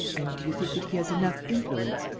and do you think that he has enough influence?